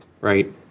Right